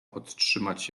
podtrzymać